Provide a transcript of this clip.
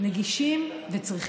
תוכל להגיש